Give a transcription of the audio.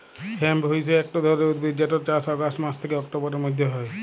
hemp হইসে একট ধরণের উদ্ভিদ যেটর চাস অগাস্ট মাস থ্যাকে অক্টোবরের মধ্য হয়